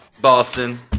Boston